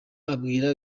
abwira